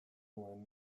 nuen